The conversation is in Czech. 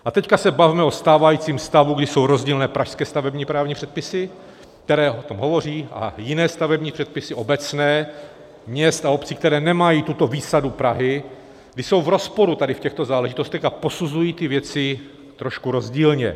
A teď se bavme o stávajícím stavu, kdy jsou rozdílné pražské stavební právní předpisy, které o tom hovoří, a jiné stavební předpisy obecné měst a obcí, které nemají tuto výsadu Prahy, kdy jsou v rozporu tady v těchto záležitostech a posuzují ty věci trošku rozdílně.